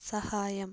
സഹായം